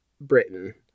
Britain